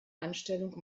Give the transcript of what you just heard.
anstellung